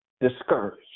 discouraged